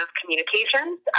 communications